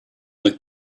the